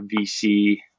VC